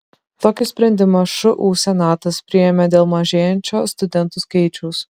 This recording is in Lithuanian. tokį sprendimą šu senatas priėmė dėl mažėjančio studentų skaičiaus